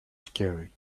scary